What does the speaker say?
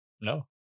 No